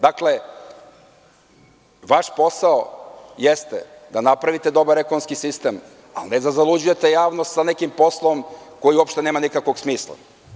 Dakle, vaš posao jeste da napravite dobar ekonomski sistem, a ne da zaluđujete javnost sa nekim poslom koji uopšte nema nikakvog smisla.